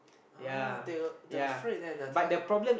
ah they the afraid that the tiger mum